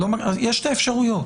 יש שתי אפשרויות,